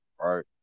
Right